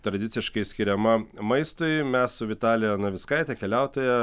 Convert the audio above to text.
tradiciškai skiriama maistui mes su vitalija navickaite keliautoja